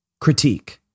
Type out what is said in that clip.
critique